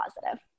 positive